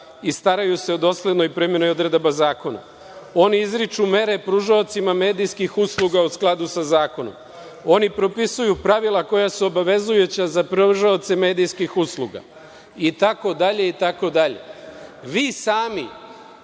i staraju se o doslednoj primeni odredaba zakona. Oni izriču mere pružaocima medijskih usluga u skladu sa zakonom. Oni propisuju pravila koja su obavezujuća za pružaoce medijskih usluga, i tako dalje i tako dalje. Vi sami